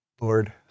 Lord